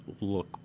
look